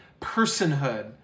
personhood